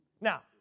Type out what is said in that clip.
Now